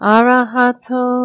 arahato